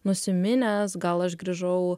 nusiminęs gal aš grįžau